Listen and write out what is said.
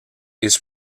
his